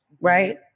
right